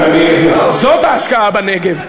זאת ההשקעה בנגב.